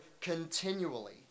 continually